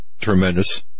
Tremendous